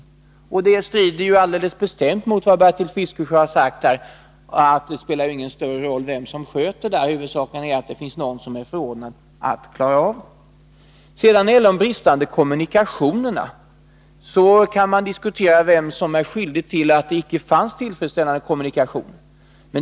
Detta uttalande strider alldeles bestämt mot vad Bertil Fiskesjö här har sagt, nämligen att det inte spelar någon större roll vem som inom regeringen bär ansvaret i en affär som denna. Huvudsaken är att någon är förordnad att göra det. Man kan också fråga sig vem som är skyldig till de otillfredsställande kommunikationerna i samband med ubåtsaffären.